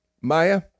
Maya